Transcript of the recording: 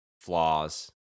flaws